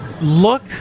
Look